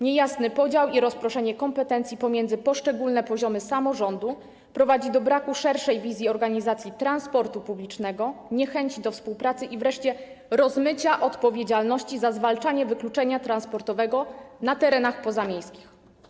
Niejasny podział i rozproszenie kompetencji pomiędzy poszczególne poziomy samorządu prowadzi do braku szerszej wizji organizacji transportu publicznego, niechęci do współpracy i wreszcie rozmycia odpowiedzialności za zwalczanie wykluczenia transportowego na terenach pozamiejskich.